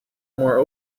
more